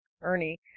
Ernie